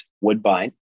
Woodbine